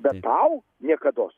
bet tau niekados